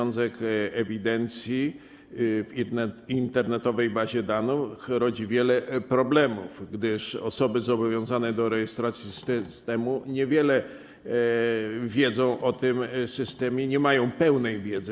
Obowiązek ewidencji w internetowej bazie danych rodzi wiele problemów, gdyż osoby zobowiązane do rejestracji w systemie niewiele wiedzą o tym systemie, nie mają pełnej wiedzy.